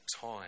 time